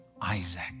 Isaac